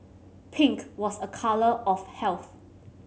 pink was a colour of health